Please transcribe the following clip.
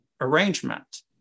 arrangement